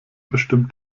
bestimmt